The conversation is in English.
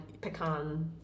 pecan